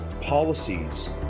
policies